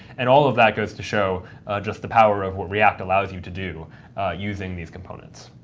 and all of that goes to show just the power of what react allows you to do using these components.